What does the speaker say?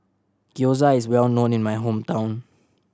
Gyoza is well known in my hometown